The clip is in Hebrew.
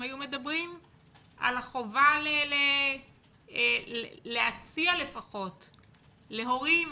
היו מדברים על החובה להציע לפחות להורים.